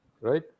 Right